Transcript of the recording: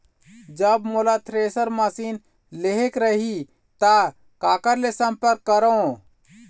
जब मोला thresher machine लेहेक रही ता काकर ले संपर्क करों?